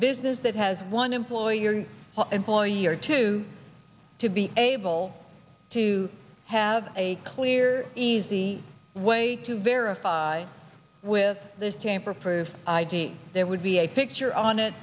business that has one employer employee or two to be able to have a clear easy way to verify with this tamper proof id there would be a picture on it